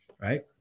right